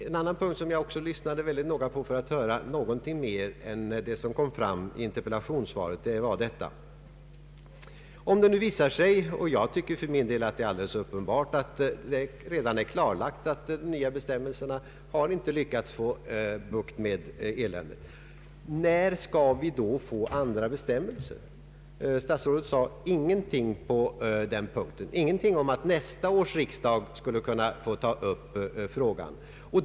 En annan punkt där jag lyssnade noga för att få höra något mer än vad som kom fram i interpellationssvaret är denna: Om det nu visar sig att de nya bestämmelserna inte lyckats få bukt med eländet, och jag tycker för min del att detta är uppenbart, när skall vi då få andra bestämmelser? Statsrådet sade ingenting på den punkten, ingenting om att nästa års riksdag skulle kunna få ta upp frågan.